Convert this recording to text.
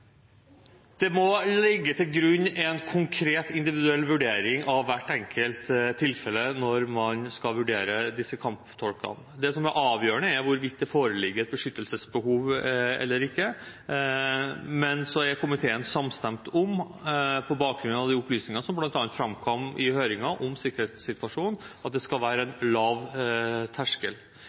Det må ligge til grunn en konkret individuell vurdering av hvert enkelt tilfelle når man skal vurdere disse kamptolkene. Det som er avgjørende, er hvorvidt det foreligger et beskyttelsesbehov eller ikke. Men så er komiteen samstemt om, på bakgrunn av de opplysningene som bl.a. framkom i høringen om sikkerhetssituasjonen, at det skal være «en lav terskel».